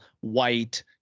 white